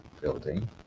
building